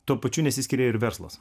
tuo pačiu nesiskiria ir verslas